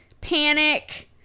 panic